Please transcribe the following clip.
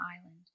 island